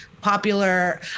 popular